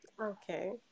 okay